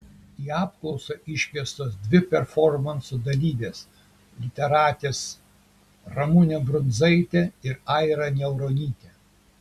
į apklausą iškviestos dvi performanso dalyvės literatės ramunė brunzaitė ir aira niauronytė